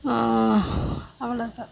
அவ்வளோ தான்